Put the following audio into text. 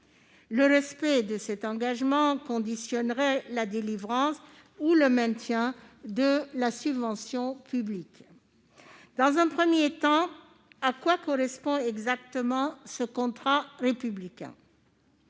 Le respect de cet engagement conditionnerait la délivrance ou le maintien de la subvention publique. En premier lieu, à quoi correspond exactement ce contrat d'engagement